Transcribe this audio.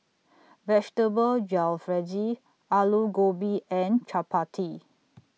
Vegetable Jalfrezi Alu Gobi and Chapati